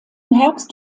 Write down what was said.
herbst